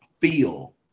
feel